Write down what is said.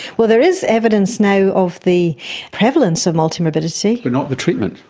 well, there is evidence now of the prevalence of multi-morbidity. but not the treatment.